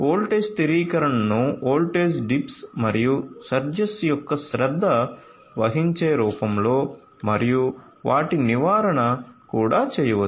voltage స్థిరీకరణను voltage dips మరియు surges యొక్క శ్రద్ధ వహించే రూపంలో మరియు వాటి నివారణ కూడా చేయవచ్చు